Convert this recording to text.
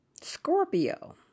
Scorpio